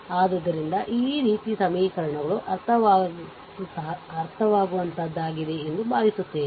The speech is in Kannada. ಆದ್ದರಿಂದ ಈ ರೀತಿ ಸಮೀಕರಣಗಳು ಅರ್ಥವಾಗುವಂತಹದ್ದಾಗಿದೆ ಎಂದು ಭಾವಿಸುತ್ತೇವೆ